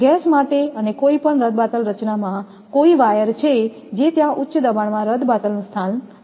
gas માટે અને કોઈપણ રદબાતલ રચનામાં કોઈ વાયર છે જે ત્યાં ઉચ્ચ દબાણમાં રદબાતલનું સ્થાન લેશે